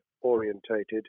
orientated